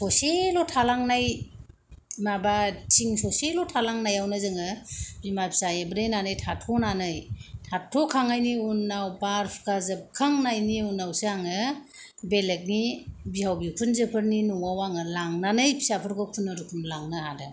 social' थालांनाय माबा थिं ससे ल' थालांनायावनो जोंओ बिमा फिसा एब्रेनानै था थ' नानै था थ'' खांनायनि उनाव बार हुखा जोबखांनायनि उनावसो आङो बेलेकनि बिहाव बिखुनजोफोरनि न'आव आङो लांनानै फिसा फोरखौ खुनुरुखुम लांनो हादों